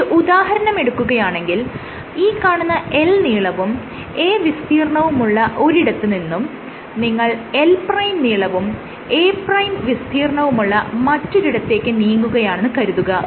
ഒരു ഉദാഹരണമെടുക്കുകയാണെങ്കിൽ ഈ കാണുന്ന L നീളവും A വിസ്തീർണവുമുള്ള ഒരിടത്ത് നിന്നും നിങ്ങൾ L നീളവും A വിസ്തീർണവുമുള്ള മറ്റൊരിടത്തേക്ക് നീങ്ങുകയാണെന്ന് കരുതുക